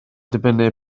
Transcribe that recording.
dibynnu